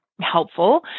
helpful